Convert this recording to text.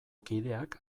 kideak